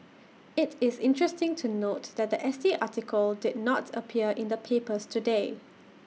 IT is interesting to note that The S T article did not appear in the papers today